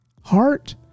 Heart